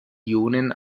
ionen